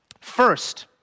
First